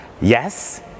yes